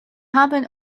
happen